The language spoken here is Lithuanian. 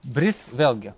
brist vėlgi